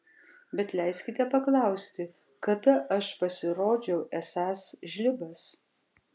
bet leiskite paklausti kada aš pasirodžiau esąs žlibas